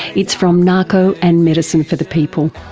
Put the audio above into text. it's from nahko and medicine for the people.